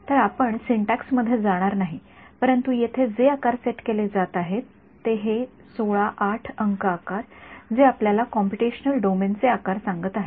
तर आपण सिंटॅक्स मध्ये जाणार नाही परंतु येथे जे आकार सेट केले जात आहेत ते हे १६ ८ अंक आकार जे आपल्याला कॉम्पुटेशनल डोमेनचे आकार सांगत आहे